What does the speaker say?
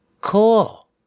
Cool